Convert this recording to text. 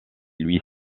lui